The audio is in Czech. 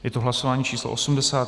Je to hlasování číslo 80.